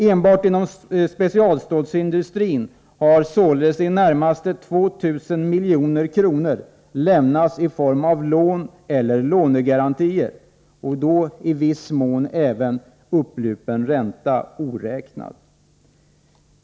Enbart inom specialstålsindustrin har således i det närmaste 2 000 milj.kr. lämnats i form av lån eller lånegarantier, och då i viss mån även upplupen ränta oräknad.